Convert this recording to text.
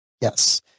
Yes